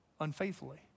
unfaithfully